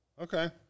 Okay